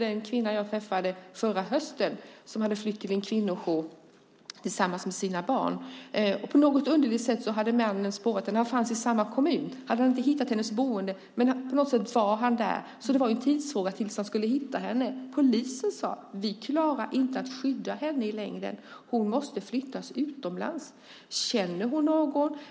En kvinna jag träffade förra hösten hade flytt till en kvinnojour tillsammans med sina barn, och på något underligt sätt hade mannen spårat dem. Han hade inte hittat hennes boende, men på något sätt fanns han i samma kommun. Det var en tidsfråga när han skulle hitta henne. Polisen sade: Vi klarar inte att skydda henne i längden. Hon måste flyttas utomlands. Känner hon någon?